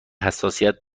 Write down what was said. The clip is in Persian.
حساسیت